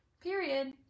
period